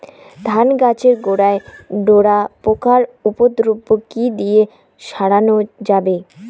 ধান গাছের গোড়ায় ডোরা পোকার উপদ্রব কি দিয়ে সারানো যাবে?